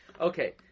Okay